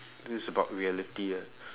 this is about reality ah